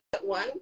one